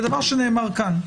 זה דבר שנאמר כאן.